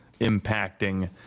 impacting